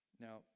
Now